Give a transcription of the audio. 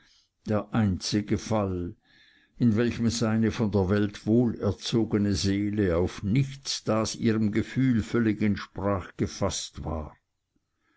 der einzige fall in welchem seine von der welt wohlerzogene seele auf nichts das ihrem gefühl völlig entsprach gefaßt war